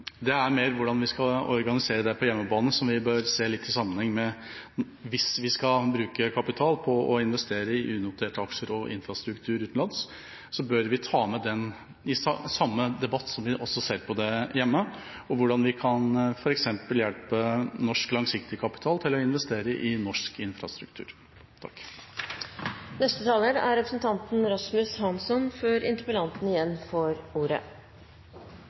Det er mer hvordan vi skal organisere dette på hjemmebane som vi bør se litt i sammenheng. Hvis vi skal bruke kapital på å investere i unoterte aksjer og infrastruktur utenlands, bør vi også ta med i den samme debatten hvordan vi f.eks. kan hjelpe norsk langsiktig kapital til å investere i norsk infrastruktur. Jeg vil som andre takke interpellanten for et svært godt initiativ. Som interpellanten selv påpeker, er